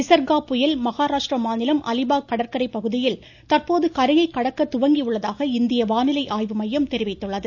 நிசர்கா புயல் மகராஷ்டிர மாநிலம் அலிபாக் கடற்கரை பகுதியில் கரையை கடக்க துவங்கி உள்ளதாக இந்திய வானிலை ஆய்வு மையம் தெரிவித்துள்ளது